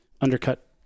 undercut